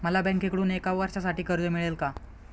मला बँकेकडून एका वर्षासाठी कर्ज मिळेल का?